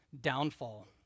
downfall